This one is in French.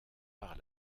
par